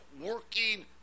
working